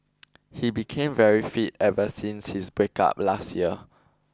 he became very fit ever since his breakup last year